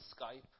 Skype